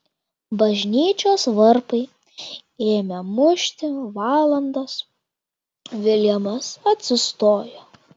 bažnyčios varpai ėmė mušti valandas viljamas atsistojo